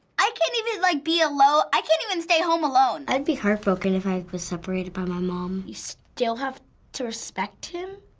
i can't even like be alone. i can't even stay home alone. i would be heartbroken if i was separated by my mom. you still have to respect him,